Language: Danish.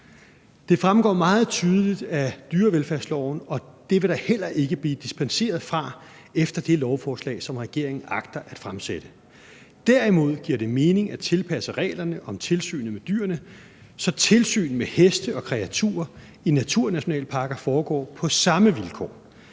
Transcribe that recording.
Det fremgår meget tydeligt af dyrevelfærdsloven, og det vil der heller ikke blive dispenseret fra efter det lovforslag, som regeringen agter at fremsætte. Derimod giver det mening at tilpasse reglerne om tilsynet med dyrene, så tilsyn med heste og kreaturer i naturnationalparker foregår på samme vilkår.